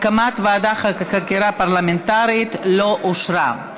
ההצעה להקמת ועדת חקירה פרלמנטרית לא אושרה.